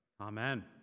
Amen